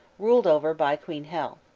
ruled over by queen hel.